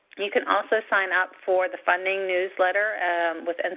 you can also sign up for the funding newsletter with and